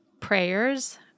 prayers